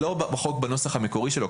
לא בחוק בנוסח המקורי שלו,